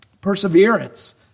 perseverance